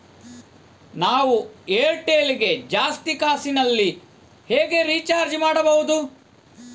ನಾವು ಏರ್ಟೆಲ್ ಗೆ ಜಾಸ್ತಿ ಕಾಸಿನಲಿ ಹೇಗೆ ರಿಚಾರ್ಜ್ ಮಾಡ್ಬಾಹುದು?